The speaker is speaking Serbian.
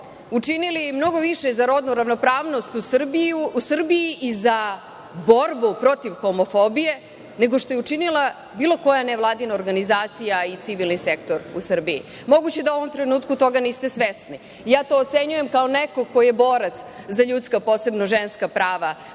učinili mnogo više za rodnu ravnopravnost u Srbiji i za borbu protiv homofobije nego što je učinila bilo koja nevladina organizacija i civilni sektor u Srbiji. Moguće da u ovom trenutku toga niste svesni. Ja to ocenjujem kao neko ko je borac za ljudska, posebno ženska prava